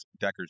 Decker's